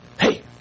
hey